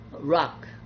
rock